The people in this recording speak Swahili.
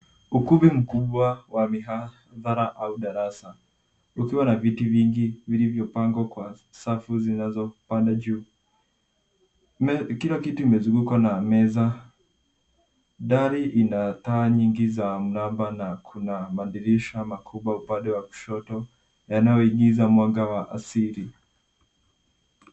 Ukumbi mkubwa wa mihadhara au darasa ukiwa na viti vingi vilivyopangwa kwa safu zinazopanda juu. Kila kiti kimezungukwa na meza. Dari ina taa nyingi za mraba na kuna madirisha makubwa upande wa kushoto, yanayoingiza mwanga wa asili.